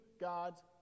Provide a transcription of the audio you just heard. God's